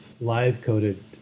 live-coded